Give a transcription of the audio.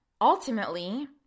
ultimately